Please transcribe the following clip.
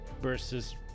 versus